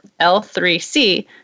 L3C